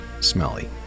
smelly